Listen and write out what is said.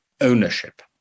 ownership